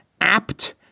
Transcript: apt